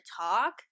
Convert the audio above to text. talk